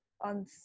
on